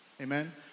Amen